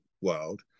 world